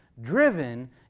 driven